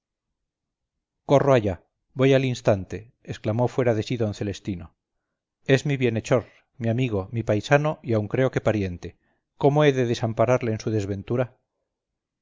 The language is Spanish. corro allá voy al instante exclamó fuera de síd celestino es mi bienhechor mi amigo mi paisano y aun creo que pariente cómo he de desampararle en su desventura